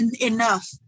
enough